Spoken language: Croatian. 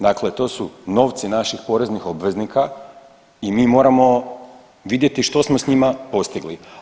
Dakle, to su novci naših poreznih obveznika i mi moramo vidjeti što smo s njima postigli.